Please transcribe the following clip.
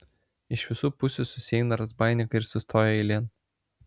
iš visų pusių susieina razbaininkai ir sustoja eilėn